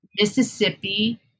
Mississippi